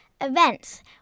Events